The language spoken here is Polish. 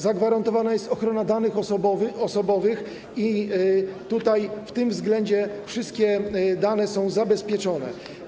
Zagwarantowana jest ochrona danych osobowych i tutaj w tym zakresie wszystkie dane są zabezpieczone.